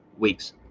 Weeks